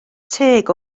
teg